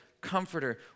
comforter